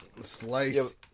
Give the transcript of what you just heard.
Slice